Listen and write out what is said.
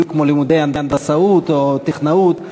בדיוק כמו לימודי הנדסאות או טכנאות,